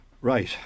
right